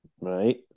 right